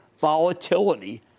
volatility